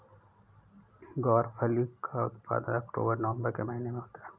ग्वारफली का उत्पादन अक्टूबर नवंबर के महीने में होता है